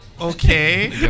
Okay